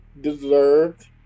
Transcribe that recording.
deserved